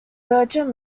virgin